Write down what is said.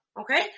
Okay